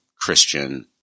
christian